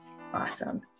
Awesome